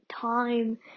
time